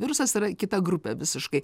virusas yra kita grupė visiškai